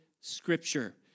Scripture